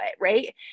Right